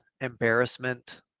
embarrassment